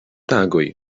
tagoj